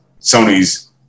Sony's